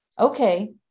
Okay